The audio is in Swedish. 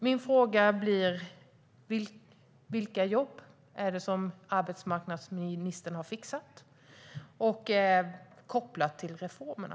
Min fråga är: Vilka jobb har arbetsmarknadsministern fixat, kopplat till reformerna?